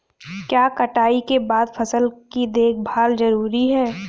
क्या कटाई के बाद फसल की देखभाल जरूरी है?